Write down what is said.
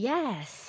Yes